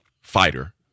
fighter